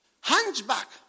Hunchback